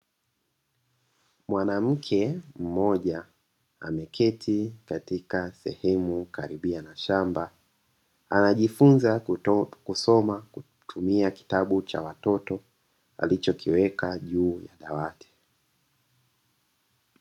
Mwanamke mmoja ameketi katika sehemu karibia na shamba. Anajifunza kusoma kwa kutumia kitabu cha watoto alichokiweka juu ya dawati.